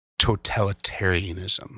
totalitarianism